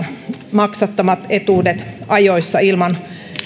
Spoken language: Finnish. maksamat etuudet ajoissa ilman